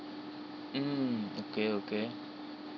mm okay okay